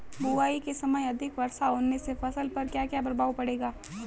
बुआई के समय अधिक वर्षा होने से फसल पर क्या क्या प्रभाव पड़ेगा?